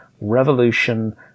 revolution